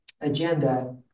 agenda